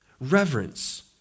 Reverence